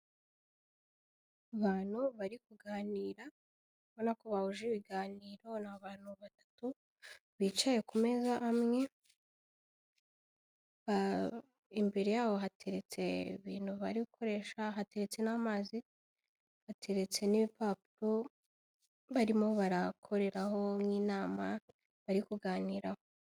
Abantu bari kuganira ubona ko bahuje ibiganiro abantu batatu bicaye ku meza amwe, imbere yabo hateretse ibintu bari gukoresha hatetse n'amazi, hateretse n'ibipapuro barimo barakoreraho nk'inama bari kuganiraho.